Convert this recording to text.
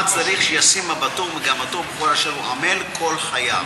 צריך שישים מבטו ומגמתו בכל אשר הוא עמל כל חייו.